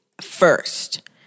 first